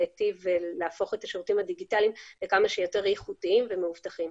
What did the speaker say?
להיטיב והפוך את השירותים הדיגיטליים לכמה שיותר איכותיים ומאובטחים.